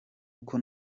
uko